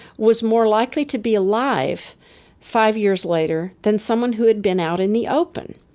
was more likely to be alive five years later than someone who had been out in the open,